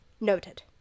Noted